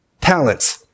talents